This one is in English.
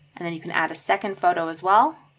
and then you can add a second photo as well.